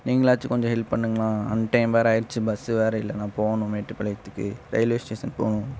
நீங்களாச்சும் கொஞ்சம் ஹெல்ப் பண்ணுங்கண்ணா அன்டைம் வேறே ஆகிடுச்சி பஸ் வேறே இல்லைண்ணா போகணும் மேட்டுப்பாளையத்துக்கு ரயில்வே ஸ்டேஷன் போகணும்